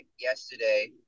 yesterday